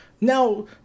Now